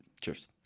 cheers